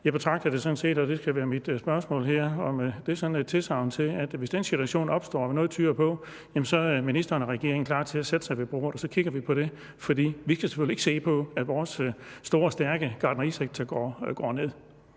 Jeg betragter det sådan set, og det kan være mit spørgsmål her, som om det er et tilsagn til, at hvis den situation opstår, hvad noget tyder på, så er ministeren og regeringen klar til at sætte sig ved bordet, og så kigger vi på det. For vi kan selvfølgelig ikke bare se på, at vores store, stærke gartnerisektor går ned.